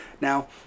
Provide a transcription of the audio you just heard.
now